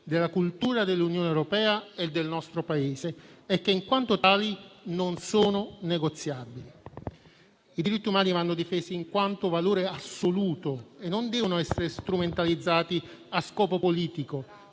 della cultura dell'Unione europea e del nostro Paese e che, in quanto tali, non sono negoziabili. I diritti umani vanno difesi in quanto valore assoluto e non devono essere strumentalizzati a scopo politico